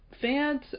fans